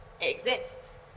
exists